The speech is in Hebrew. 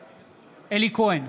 כהן,